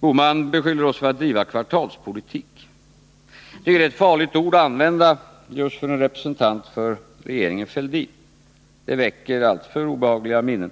Bohman beskyller oss för att bedriva kvartalspolitik. Det är ett farligt ord att använda just för en representant för regeringen Fälldin. Det väcker alltför obehagliga minnen.